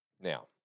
Now